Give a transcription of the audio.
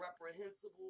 reprehensible